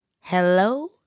Hello